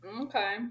Okay